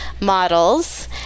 models